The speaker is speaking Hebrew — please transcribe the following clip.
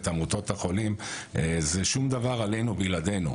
את עמותות החולים זה "שום דבר עלינו בלעדינו".